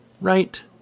Right